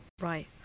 Right